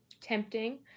tempting